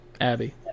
Abby